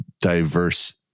diverse